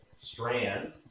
strand